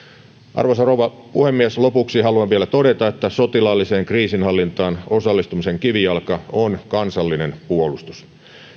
arvoisa rouva puhemies lopuksi haluan vielä todeta että sotilaalliseen kriisinhallintaan osallistumisen kivijalka on kansallinen puolustus